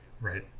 right